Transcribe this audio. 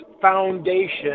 foundation